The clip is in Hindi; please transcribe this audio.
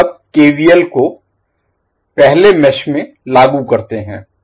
हम तब केवीएल को पहले मेष में लागू करते हैं